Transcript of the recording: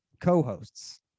co-hosts